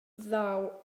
ddaw